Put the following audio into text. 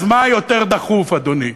אז מה יותר דחוף, אדוני?